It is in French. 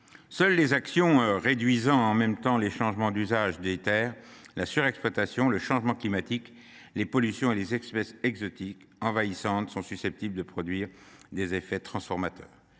Seules les actions réduisant en même temps les mutations d’usage des terres, la surexploitation, le changement climatique, les pollutions et la prolifération des espèces exotiques envahissantes sont susceptibles de produire des effets transformateurs.